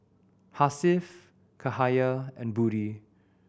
Hasif Cahaya and Budi